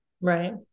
Right